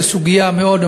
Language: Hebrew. זו סוגיה מאוד,